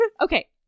okay